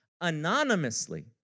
anonymously